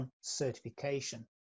certification